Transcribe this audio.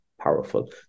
powerful